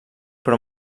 però